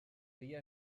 filla